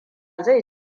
zai